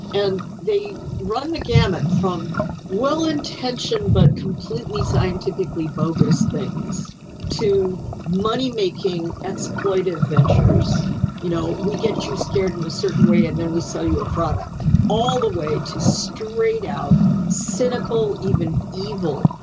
and they run the gamut from well intentioned but completely scientifically bogus things to making exploitative ventures you know, we get you scared in a certain way and then we sell you a product all the way to straight out cynical, even evil,